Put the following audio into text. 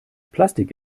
plastik